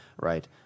right